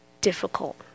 difficult